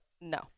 No